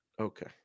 Okay